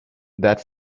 that